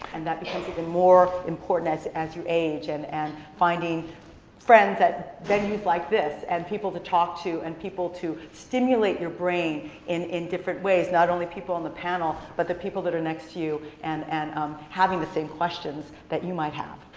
and that becomes even more important as as you age, and and finding friends at venues like this and people to talk to and people to stimulate your brain in different different ways, not only people on the panel, but the people that are next to you and and um having the same questions that you might have.